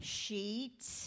sheets